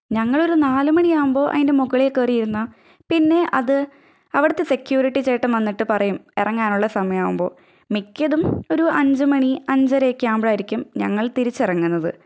ഞങ്ങളൊരു നാലുമണിയാകുമ്പോൾ അതിന്റെ മുകളിൽ കയറിയിരുന്നാല് പിന്നെ അത് അവിടുത്തെ സെക്ക്യൂരിറ്റി ചേട്ടന് വന്നിട്ട് പറയും എറങ്ങാനുള്ള സമയമാകുമ്പോൾ മിക്കതും ഒരു അഞ്ചു മണി അഞ്ചരയൊക്കെ ആകുമ്പോഴായിരിക്കും ഞങ്ങള് തിരിച്ചിറങ്ങുന്നത്